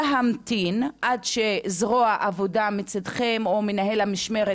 להמתין עד שזרוע העבודה מצדכם או מנהל המשמרת,